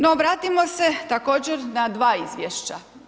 No, vratimo se također na dva izvješća.